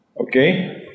Okay